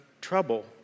trouble